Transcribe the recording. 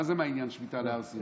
מה זה "מה עניין שמיטה להר סיני"?